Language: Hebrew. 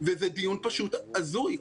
וזה דיון פשוט הזוי.